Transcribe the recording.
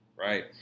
Right